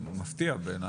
זה מפתיע בעיני,